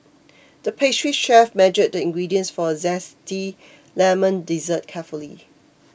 the pastry chef measured the ingredients for a Zesty Lemon Dessert carefully